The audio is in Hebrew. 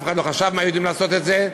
ואף אחד מהיהודים לא חשב לעשות את זה,